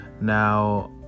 now